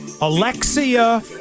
Alexia